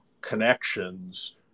connections